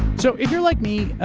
so, if you're like me,